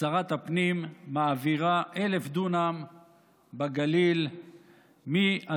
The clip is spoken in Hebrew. ושרת הפנים מעבירה 1,000 דונם בגליל מאדמות